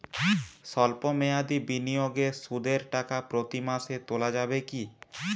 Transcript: সল্প মেয়াদি বিনিয়োগে সুদের টাকা প্রতি মাসে তোলা যাবে কি?